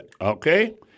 okay